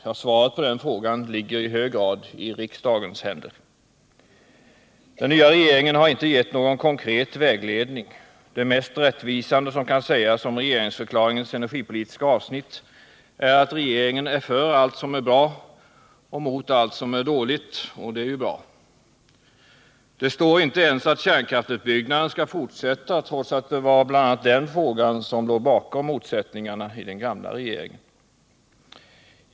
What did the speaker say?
Ja, svaret på den frågan ligger i hög grad i riksdagens händer. Den nya regeringen har inte gett någon konkret vägledning. Det mest rättvisande som kan sägas om regeringsförklaringens energipolitiska avsnitt är att regeringen är för allt som är bra och mot allt som är dåligt — och det är ju bra. Det står inte ens att kärnkraftsutbyggnaden skall fortsätta — trots att det var bl.a. den frågan som låg bakom motsättningarna i den gamla regeringen.